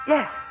Yes